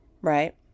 right